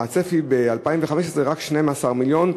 הצפי ב-2015 הוא רק 12 מיליון,